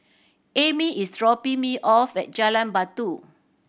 Ammie is dropping me off at Jalan Batu